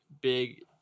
big